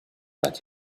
but